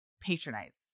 patronize